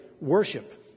Worship